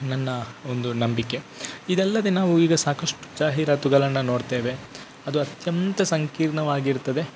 ನನ್ನ ಒಂದು ನಂಬಿಕೆ ಇದಲ್ಲದೆ ನಾವು ಈಗ ಸಾಕಷ್ಟು ಜಾಹೀರಾತುಗಳನ್ನು ನೋಡ್ತೇವೆ ಅದು ಅತ್ಯಂತ ಸಂಕೀರ್ಣವಾಗಿರ್ತದೆ